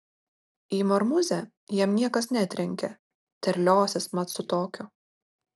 į marmuzę jam niekas netrenkia terliosis mat su tokiu